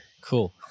Cool